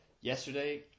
yesterday